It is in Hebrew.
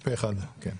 פה אחד, כן.